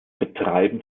betreiben